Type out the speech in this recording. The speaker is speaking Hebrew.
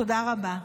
תודה רבה.